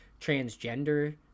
transgender